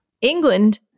England